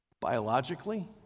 biologically